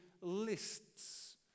lists